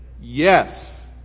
Yes